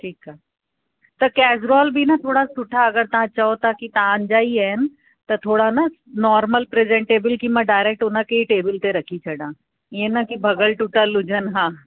ठीकु आहे त कैस्ट्रोल बि न थोरा सुठा अगरि तव्हां चयो था कि तव्हांजा ई आहिनि त थोरा न नॉर्मल प्रिजेंटेबिल कि मां डाइरेक्ट हुनखे ई टेबिल ते रखी छॾां इअं न कि भॻल टुटल हुजनि हा